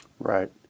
Right